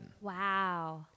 Wow